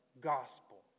gospel